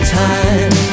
time